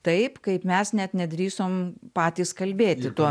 taip kaip mes net nedrįsom patys kalbėti tuo